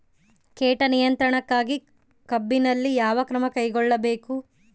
ಕೇಟ ನಿಯಂತ್ರಣಕ್ಕಾಗಿ ಕಬ್ಬಿನಲ್ಲಿ ಯಾವ ಕ್ರಮ ಕೈಗೊಳ್ಳಬೇಕು?